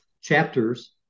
chapters